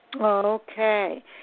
Okay